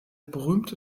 berühmte